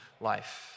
life